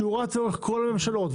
שרץ לאורך כל הממשלות,